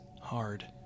hard